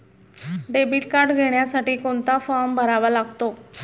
Debit card घेण्यासाठी कोणता form भरावा लागतो?